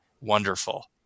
wonderful